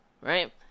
right